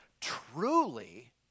truly